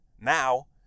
Now